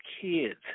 kids